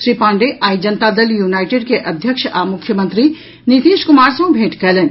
श्री पाण्डेय आई जनता दल यूनाईटेड के अध्यक्ष आ मुख्यमंत्री नीतीश कुमार सँ भेंट कयलनि